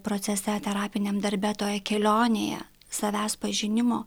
procese terapiniam darbe toje kelionėje savęs pažinimo